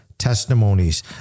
Testimonies